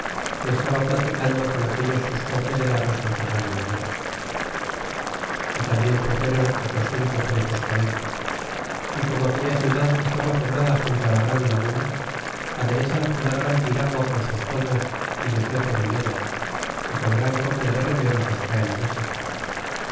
que estaba platicando con aquellos sus confederados en cosas de la guerra y tambien truxéron otros cinco presos con él e como aquella ciudad está poblada junto á la gran laguna aderezan una gran piragua con sus toldos y les meten en ella y con gran copia de remeros los traen á méxico